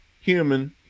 human